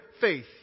faith